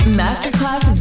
masterclass